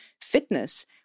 fitness